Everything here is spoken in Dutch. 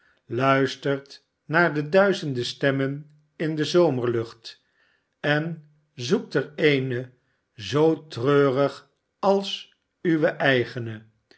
luistert naar de duizenden stemmen in de zomerlucht en zoekt er eene zoo treurig als uwe eigene